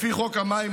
לפי חוק המים,